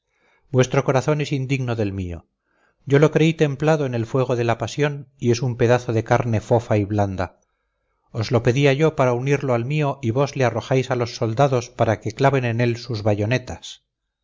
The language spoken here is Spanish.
vuestro corazón es indigno del mío yo lo creí templado en el fuego de la pasión y es un pedazo de carne fofa y blanda os lo pedía yo para unirlo al mío y vos le arrojáis a los soldados para que claven en él sus bayonetas